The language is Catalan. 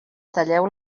talleu